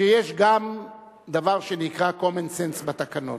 שיש גם דבר שנקרא common sense בתקנון.